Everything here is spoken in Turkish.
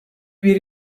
bir